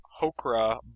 Hokra